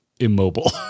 immobile